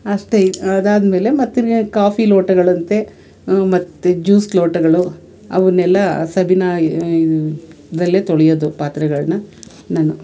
ಅಷ್ಟೆ ಅದಾದಮೇಲೆ ಮತ್ತೆ ಇನ್ನೇನು ಕಾಫಿ ಲೋಟಗಳಂತೆ ಮತ್ತು ಜ್ಯೂಸ್ ಲೋಟಗಳು ಅವನ್ನೆಲ್ಲ ಸಬೀನ ಇದರಲ್ಲೆ ತೊಳೆಯೋದು ಪಾತ್ರೆಗಳನ್ನ ನಾನು